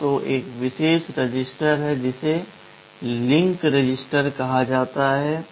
तो एक विशेष रजिस्टर है जिसे लिंक रजिस्टर कहा जाता है